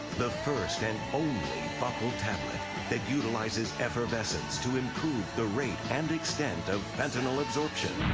the first and only buccal tablet that utilizes effervescence to improve the rate and extent of fentanyl absorption.